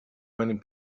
many